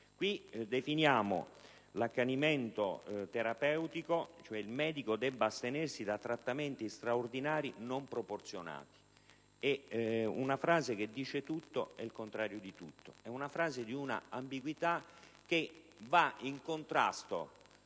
Qui definiamo l'accanimento terapeutico, prevedendo che il medico debba astenersi da trattamenti sanitari non proporzionati. È una frase che dice tutto ed il contrario di tutto. È una frase di un'ambiguità che è in contrasto